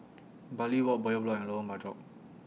Bartley Walk Bowyer Block and Lorong Bachok